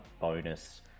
bonus